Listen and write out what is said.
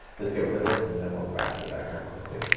let's get rid of this and then we'll go back to the diagram quickly.